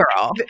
girl